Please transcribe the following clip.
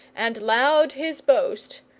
and loud his boast,